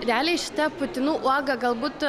realiai šita putinų uoga galbūt